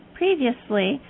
previously